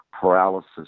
paralysis